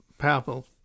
powerful